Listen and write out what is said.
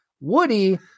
Woody